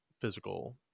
physical